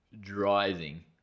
driving